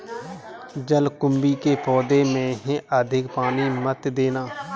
जलकुंभी के पौधों में अधिक पानी मत देना